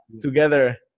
together